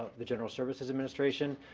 the general services administration.